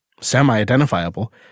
semi-identifiable